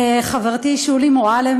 חברתי שולי מועלם,